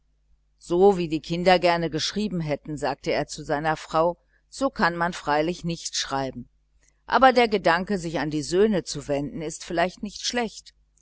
so wie die kinder gerne geschrieben hätten sagte er zu seiner frau so kann man freilich nicht schreiben aber der gedanke sich an die söhne zu wenden ist vielleicht nicht schlecht